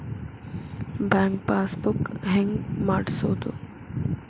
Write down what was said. Bank passbook ಹೆಂಗ್ ಮಾಡ್ಸೋದು?